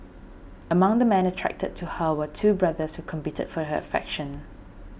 among the men attracted to her were two brothers who competed for her affection